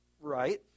right